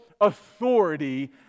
authority